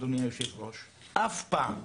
אף פעם,